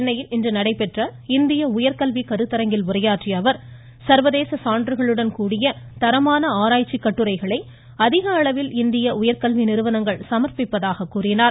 சென்னையில் இன்று நடைபெற்ற இந்திய உயர்கல்வி கருத்தரங்கில் உரையாற்றிய அவர் சர்வதேச சான்றுகளுடன் கூடிய தரமான ஆராய்ச்சிக் கட்டுரைகளை அதிக அளவில் இந்திய உயர்கல்வி நிறுவனங்கள் சமர்ப்பிப்பதாக கூறினார்